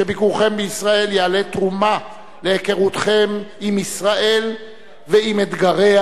שביקורכם בישראל יעלה תרומה להיכרותכם עם ישראל ועם אתגריה